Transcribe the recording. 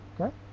Okay